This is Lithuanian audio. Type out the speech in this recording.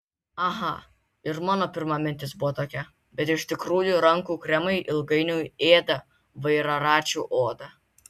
aha ir mano pirma mintis buvo tokia bet iš tikrųjų rankų kremai ilgainiui ėda vairaračių odą